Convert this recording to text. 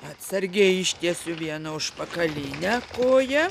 atsargiai ištiesiu vieną užpakalinę koją